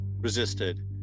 resisted